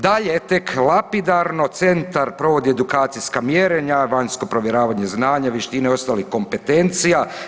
Dalje tek lapidarno centar provodi edukacijska mjerenja, vanjsko provjeravanje znanja, vještina i ostalih kompetencija.